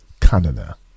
Canada